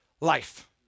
life